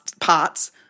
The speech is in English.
parts